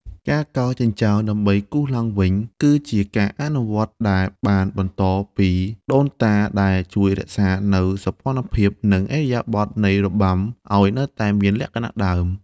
ការកោរចិញ្ចើមដើម្បីគូរឡើងវិញ គឺជាការអនុវត្តន៍ដែលបានបន្តពីដូនតា ដែលជួយរក្សានូវសោភ័ណភាព និងរចនាបថនៃរបាំបុរាណឲ្យនៅតែមានលក្ខណៈដើម។